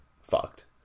fucked